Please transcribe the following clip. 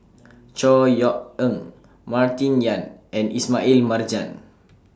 Chor Yeok Eng Martin Yan and Ismail Marjan